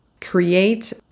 create